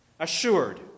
Assured